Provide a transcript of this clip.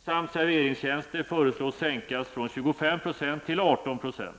alkohol och tobak) samt serveringstjänster föreslås sänkas från 25 % till 18 %.